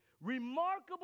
remarkable